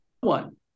one